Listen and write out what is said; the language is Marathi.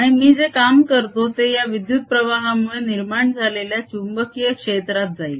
आणि मी जे काम करतो ते या विद्युत प्रवाहामुळे निर्माण झालेल्या चुंबकीय क्षेत्रात जाईल